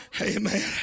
Amen